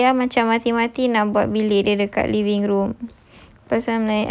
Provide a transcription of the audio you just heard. then ayah macam mati-mati nak buat bilik dia dekat living room